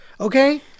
Okay